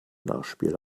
nachspiel